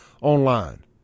online